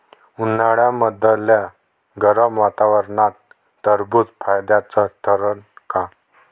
उन्हाळ्यामदल्या गरम वातावरनात टरबुज फायद्याचं ठरन का?